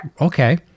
Okay